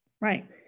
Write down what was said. right